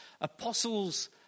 Apostles